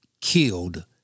killed